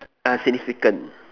ah significant